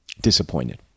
disappointed